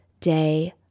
day